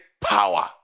power